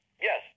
Yes